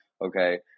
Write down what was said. Okay